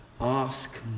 ask